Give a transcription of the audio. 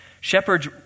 Shepherds